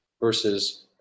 versus